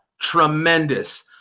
tremendous